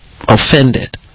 offended